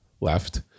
left